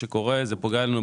בחלקם שולמו